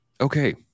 okay